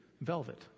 velvet